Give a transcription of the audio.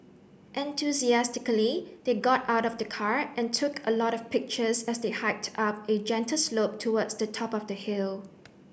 enthusiastically they got out of the car and took a lot of pictures as they hiked up a gentle slope towards the top of the hill